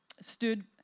stood